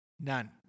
None